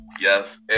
Yes